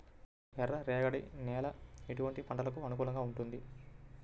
ఎర్ర రేగడి నేల ఎటువంటి పంటలకు అనుకూలంగా ఉంటుంది?